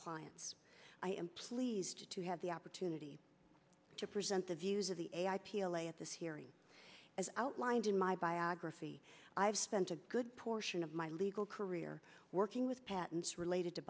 clients i am pleased to have the opportunity to present the views of the a i p l a at this hearing as outlined in my biography i have spent a good portion of my legal career working with patents related to